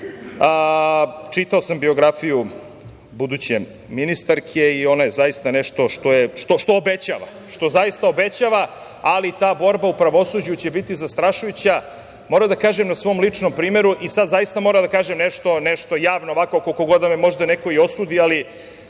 čitao sam biografiju buduće ministarke i ona je zaista nešto što obećava, što zaista obećava, ali ta borba u pravosuđu će biti zastrašujuća. Moram da kažem na svom ličnom primeru i sada zaista moram da kažem nešto javno, koliko god da me možda neko i osudi, ali